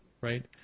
right